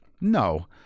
no